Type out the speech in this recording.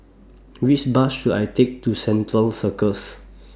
Which Bus should I Take to Central Circus